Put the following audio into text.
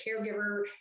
caregiver